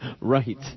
Right